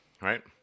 right